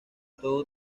todos